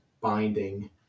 binding